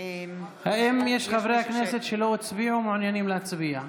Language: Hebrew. האם יש חברי כנסת שלא הצביעו ומעוניינים להצביע?